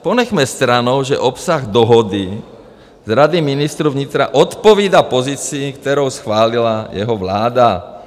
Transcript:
Ponechme stranou, že obsah dohody z Rady ministrů vnitra odpovídá pozici, kterou schválila jeho vláda.